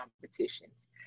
competitions